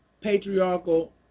patriarchal